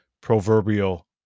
proverbial